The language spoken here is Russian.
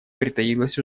притаилась